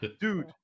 dude